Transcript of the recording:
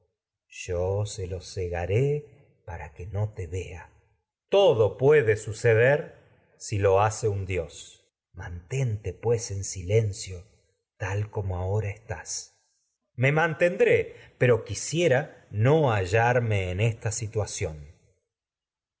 sus propios ojos cegaré para que no te vea se los ulises todo puede suceder si lo hace un dios minerva mantente pues en silencio ra tal como aho estás ulises me en mantendré pero quisiera no hallarme esta situación